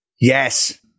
Yes